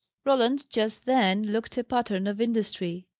roland just then looked a pattern of industry.